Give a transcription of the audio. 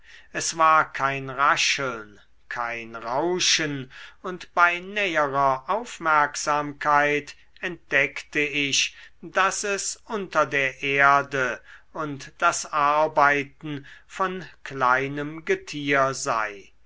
es war kein rascheln kein rauschen und bei näherer aufmerksamkeit entdeckte ich daß es unter der erde und das arbeiten von kleinem getier sei